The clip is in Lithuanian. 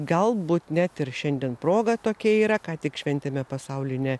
galbūt net ir šiandien proga tokia yra ką tik šventėme pasaulinę